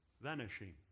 vanishing